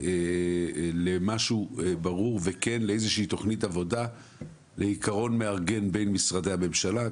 למשהו ברור ולאיזושהי תוכנית עבודה ולעקרון מארגן בין משרדי הממשלה.